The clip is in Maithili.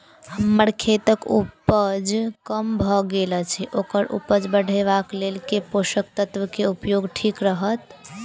हम्मर खेतक उपज कम भऽ गेल अछि ओकर उपज बढ़ेबाक लेल केँ पोसक तत्व केँ उपयोग ठीक रहत?